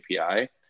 API